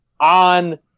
on